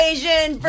Asian